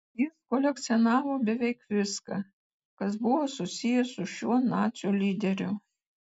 jis kolekcionavo beveik viską kas buvo susiję su šiuo nacių lyderiu